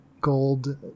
gold